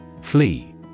Flee